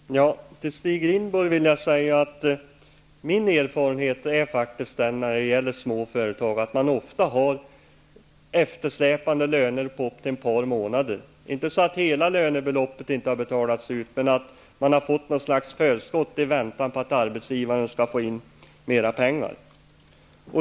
Fru talman! Till Stig Rindborg vill jag säga att det faktiskt är min erfarenhet när det gäller små företag att man ofta har eftersläpande löner. Det kan röra sig om en eftersläpning på upp till ett par månader. Det behöver inte vara så, att inte hela lönebeloppet har betalats ut. Men man har ibland fått ett slags förskott i väntan på att arbetsgivaren skall få in mera pengar.